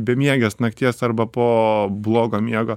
bemiegės nakties arba po blogo miego